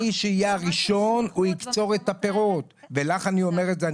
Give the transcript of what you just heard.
מי שיבוא הראשון הוא זה שיקצור את הפירות ולך אני אומר את זה,